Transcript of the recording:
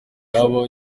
habaho